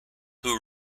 who